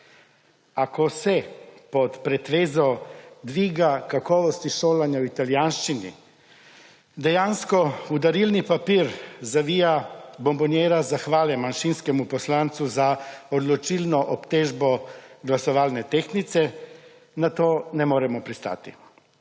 ko se pod pretvezo dviga kakovosti šolanja v italijanščini dejansko v darilni papir zavija bombonjera zahvale manjšinskemu poslancu za odločilno obtežbo glasovalne tehnice, na to ne moremo pristati.